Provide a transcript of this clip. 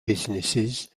businesses